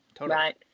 Right